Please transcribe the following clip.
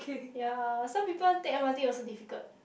ya some people take M_R_T also difficult